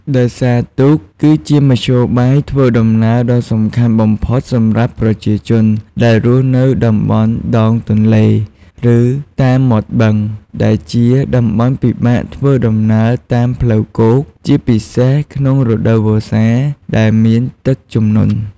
ដោយសារទូក គឺជាមធ្យោបាយធ្វើដំណើរដ៏សំខាន់បំផុតសម្រាប់ប្រជាជនដែលរស់នៅតំបន់ដងទន្លេ ឬតាមមាត់បឹង ដែលជាតំបន់ពិបាកធ្វើដំណើរតាមផ្លូវគោក ជាពិសេសក្នុងរដូវវស្សាដែលមានទឹកជំនន់។